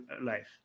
life